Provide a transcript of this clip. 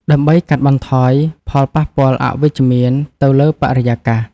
ដើម្បីកាត់បន្ថយផលប៉ះពាល់អវិជ្ជមានទៅលើបរិយាកាស។